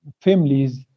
families